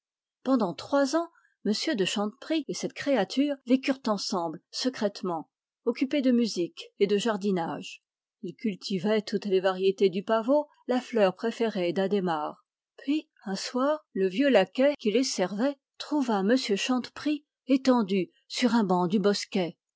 pendant trois ans m de chanteprie et cette créature vécurent ensemble secrètement occupés de musique et de jardinage ils cultivaient toutes les variétés du pavot la fleur préférée d'adhémar puis un soir le vieux laquais qui les servait trouva m chanteprie étendu sur un banc du bosquet